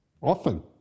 Often